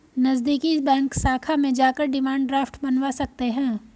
नज़दीकी बैंक शाखा में जाकर डिमांड ड्राफ्ट बनवा सकते है